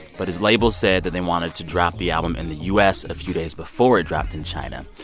but his label said that they wanted to drop the album in the u s. a few days before it dropped in china.